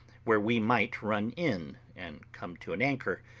where we might run in, and come to an anchor,